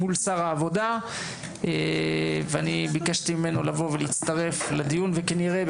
מול שר העבודה ואני ביקשתי ממנו לבוא ולהצטרף לדיון וכנראה,